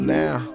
now